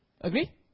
agree